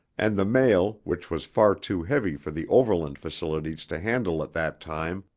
and the mail, which was far too heavy for the overland facilities to handle at that time,